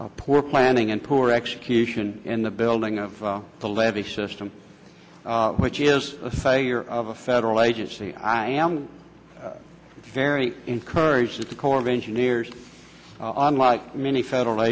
poor planning and poor execution in the building of the levee system which is a failure of a federal agency i am very encouraged that the corps of engineers unlike many federal